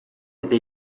eta